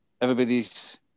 everybody's